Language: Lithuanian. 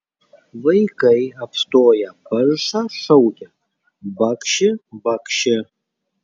vaikai apstoję paršą šaukia bakši bakši